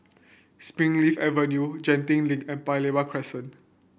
Springleaf Avenue Genting Link and Paya Lebar Crescent